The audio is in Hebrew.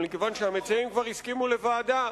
אבל מכיוון שהמציעים כבר הסכימו לוועדה,